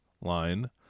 line